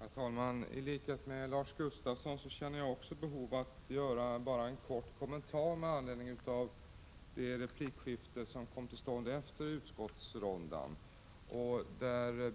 Herr talman! I likhet med Lars Gustafsson känner jag behov av att göra en kort kommentar med anledning av det replikskifte som kom till stånd efter utskottsrundan.